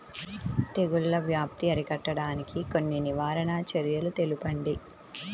తెగుళ్ల వ్యాప్తి అరికట్టడానికి కొన్ని నివారణ చర్యలు తెలుపండి?